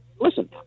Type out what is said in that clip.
listen